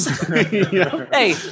Hey